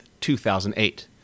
2008